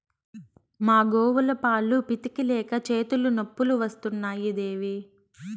మా గోవుల పాలు పితిక లేక చేతులు నొప్పులు వస్తున్నాయి దేవీ